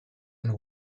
and